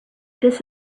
this